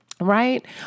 right